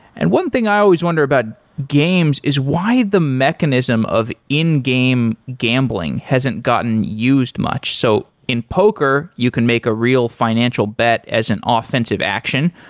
and one thing i always wonder about games is why the mechanism of in-game gambling hasn't gotten used much. so, in poker, you can make a real financial bet as an offensive action.